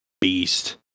beast